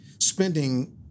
spending